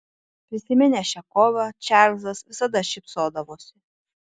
prisiminęs šią kovą čarlzas visada šypsodavosi